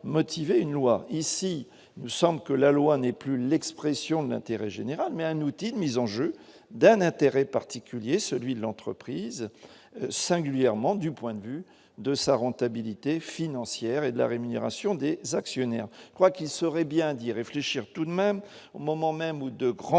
ici nous sommes que la loi n'est plus l'expression de l'intérêt général, mais un outil de mise en jeu d'un intérêt particulier, celui de l'entreprise, singulièrement du point de vue de sa rentabilité financière et de la rémunération des actionnaires, quoi qu'il serait bien, dit réfléchir tout de même, au moment même où de grands